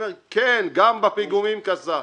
כן, גם בפיגומים קסדה.